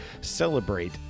Celebrate